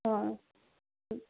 অ' অ'